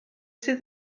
sydd